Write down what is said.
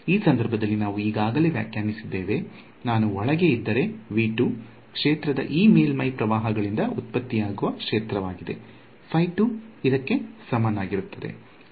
ಈ ಸಂದರ್ಭದಲ್ಲಿ ನಾವು ಈಗಾಗಲೇ ವ್ಯಾಖ್ಯಾನಿಸಿದ್ದೇವೆ ನಾನು ಒಳಗೆ ಇದ್ದರೆ ಕ್ಷೇತ್ರವು ಈ ಮೇಲ್ಮೈ ಪ್ರವಾಹಗಳಿಂದ ಉತ್ಪತ್ತಿಯಾಗುವ ಕ್ಷೇತ್ರವಾಗಿದೆ ಇದಕ್ಕೆ ಸಮನಾಗಿರುತ್ತದೆ